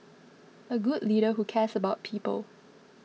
a good leader who cares about people